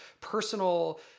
personal